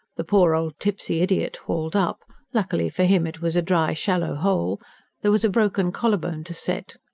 the poor old tipsy idiot hauled up luckily for him it was a dry, shallow hole there was a broken collar-bone to set.